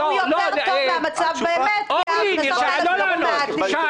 שהוא יותר טוב מהמצב באמת מההכנסות --- בבקשה,